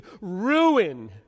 ruin